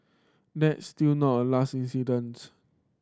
there still not last incidents